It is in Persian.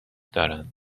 دارند